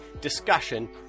discussion